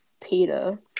Peter